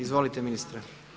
Izvolite ministre.